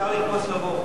אפשר לקפוץ לבור.